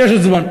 יש עוד זמן.